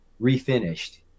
refinished